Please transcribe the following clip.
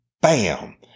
Bam